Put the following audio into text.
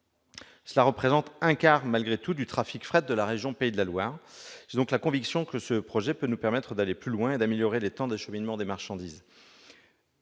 Cela représente malgré tout un quart du trafic fret de la région Pays de la Loire. J'ai donc la conviction que ce projet peut nous permettre d'aller plus loin et d'améliorer les temps d'acheminement des marchandises.